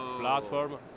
platform